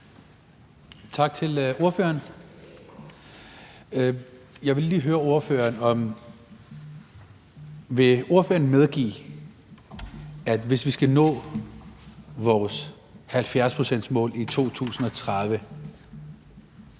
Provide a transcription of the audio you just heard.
Tak til ordføreren. Jeg vil lige høre ordføreren, om ordføreren vil medgive, at hvis vi skal nå vores 70-procentsmålsætning i 2030,